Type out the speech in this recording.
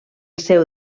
seu